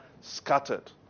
scattered